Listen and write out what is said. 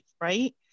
right